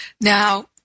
Now